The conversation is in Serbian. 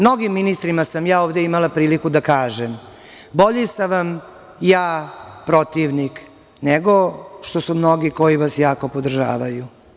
Novim ministrima sam ja ovde imala priliku da kažem – bolji sam vam ja protivnik nego što su mnogi koji vas jako podržavaju.